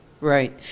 Right